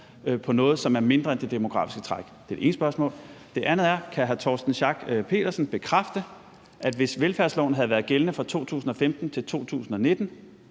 noget, som er mindre end det demografiske træk? Det er det ene spørgsmål. Det andet er: Kan hr. Torsten Schack Pedersen bekræfte, at hvis velfærdsloven havde været gældende fra 2015 til 2019,